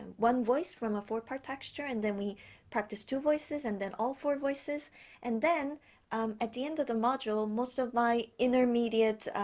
one voice from a four part texture and then we practice two voices and then all four voices and then at the end of the module most of my intermediate,